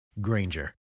Granger